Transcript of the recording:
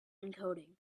encoding